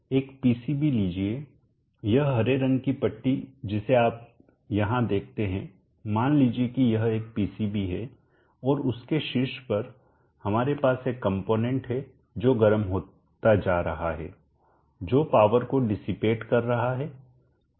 एक पीसीबी लीजिए यह हरे रंग की पट्टी जिसे आप यहां देखते हैं मान लीजिए कि यह एक पीसीबी है और उसके शीर्ष पर हमारे पास एक कंपोनेंट है जो गर्म होता जा रहा है जो पावर को डिसीपेट कर रहा है